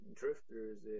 drifters